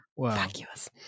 vacuous